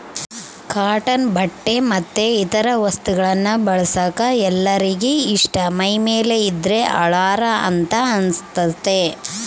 cotton ಬಟ್ಟೆ ಮತ್ತೆ ಇತರ ವಸ್ತುಗಳನ್ನ ಬಳಸಕ ಎಲ್ಲರಿಗೆ ಇಷ್ಟ ಮೈಮೇಲೆ ಇದ್ದ್ರೆ ಹಳಾರ ಅಂತ ಅನಸ್ತತೆ